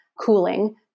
cooling